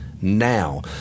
now